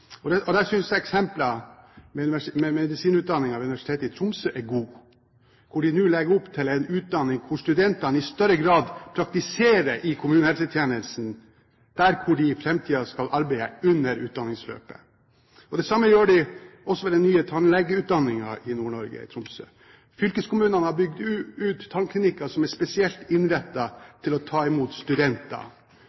med medisinutdanningen ved Universitetet i Tromsø er godt, der de nå legger opp til en utdanning der studentene i større grad praktiserer i kommunehelsetjenesten – der hvor de i framtiden skal arbeide – under utdanningsløpet. Det samme gjøres også ved den nye tannlegeutdanningen i Nord-Norge, i Tromsø. Fylkeskommunen har bygd ut tannklinikker som er spesielt